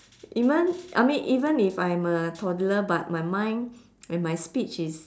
even I mean even if I am a toddler but my mind and my speech is